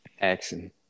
Action